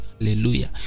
Hallelujah